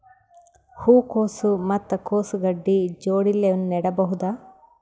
ಹೂ ಕೊಸು ಮತ್ ಕೊಸ ಗಡ್ಡಿ ಜೋಡಿಲ್ಲೆ ನೇಡಬಹ್ದ?